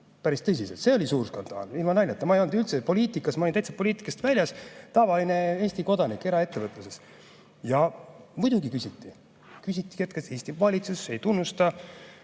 Päris tõsiselt! See oli suur skandaal, ilma naljata. Ma ei olnud üldse poliitikas, ma olin täitsa poliitikast väljas, tavaline Eesti kodanik eraettevõtluses. Aga küsiti. Küsiti, kas Eesti valitsus tunnustab